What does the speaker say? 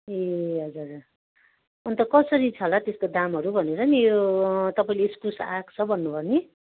ए हजुर अन्त कसरी छ होला त्यसको दामहरू भनेर नि यो तपाईँले इस्कुस आएको भन्नु भयो नि